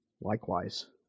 likewise